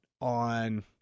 on